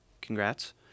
Congrats